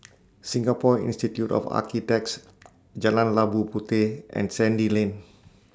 Singapore Institute of Architects Jalan Labu Puteh and Sandy Lane